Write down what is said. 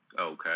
Okay